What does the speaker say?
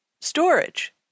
storage